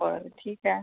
बरं ठीक आहे